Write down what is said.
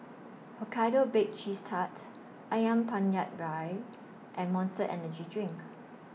Hokkaido Baked Cheese Tart Ayam Penyet Ria and Monster Energy Drink